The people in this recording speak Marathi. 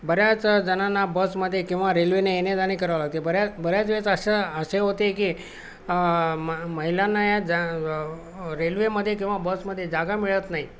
बऱ्याचजणंना बसमध्ये किंवा रेल्वेने येणेजाणे करावं लागते बऱ्याच बऱ्याच वेळेस असं असे होते की म महिलांना या जा रेल्वेमध्ये किंवा बसमध्ये जागा मिळत नाही